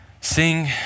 sing